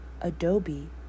adobe